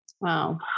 Wow